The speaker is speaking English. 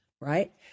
right